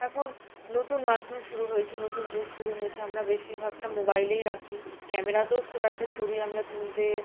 এখন নতুন মাধ্যম শুরু হয়েছে নতুন যুগ শুরু হয়েছে আমরা বেশিরভাগটা মোবাইলেই রাখি ক্যামেরাতেও খুব একটা ছবি আমরা তুলতে